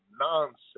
nonsense